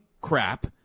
crap